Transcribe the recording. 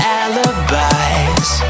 alibis